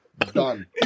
done